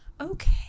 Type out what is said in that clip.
Okay